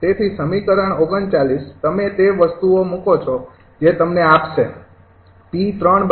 તેથી સમીકરણ ૩૯ તમે તે વસ્તુઓ મૂકો છો જે તમને આપશે આ સમીકરણ